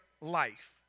life